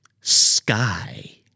sky